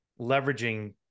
leveraging